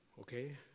okay